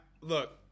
look